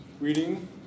Reading